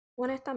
Honestamente